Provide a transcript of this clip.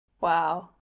Wow